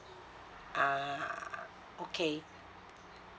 ah okay